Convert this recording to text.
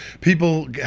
People